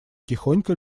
тихонько